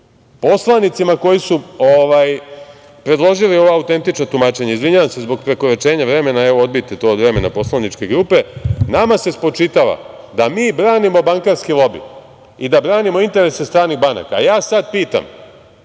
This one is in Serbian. poslanicima koji su predložili ova autentična tumačenja, izvinjavam se zbog prekoračenja vremena, odbijte to od vremena poslaničke grupe, nama se spočitava da mi branimo bankarski lobi i da branimo interese stranih banaka. Ja sad pitam